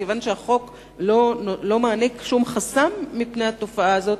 וכיוון שהחוק לא מעניק שום חסם מפני התופעה הזאת,